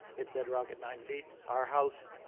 hit bedrock at nine feet. our house,